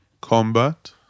combat